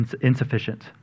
insufficient